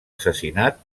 assassinat